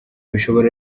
bishobora